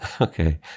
Okay